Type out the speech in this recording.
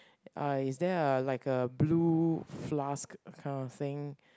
uh is there a like a blue flask kind of thing